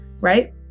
right